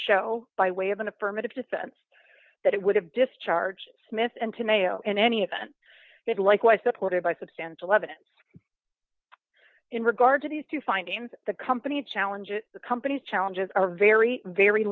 show by way of an affirmative defense that it would have discharged smith and to me in any event it likewise supported by substantial evidence in regard to these two findings the company challenges the company's challenges are very very